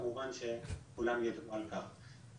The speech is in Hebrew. כמובן שכולם יידעו על כך.